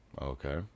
Okay